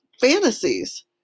fantasies